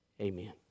amen